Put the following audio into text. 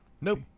Nope